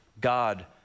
God